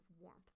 warmth